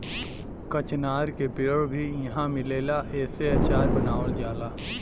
कचनार के पेड़ भी इहाँ मिलेला एसे अचार बनावल जाला